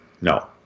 No